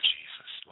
Jesus